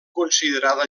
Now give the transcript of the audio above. considerada